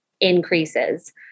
increases